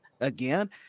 again